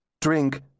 Drink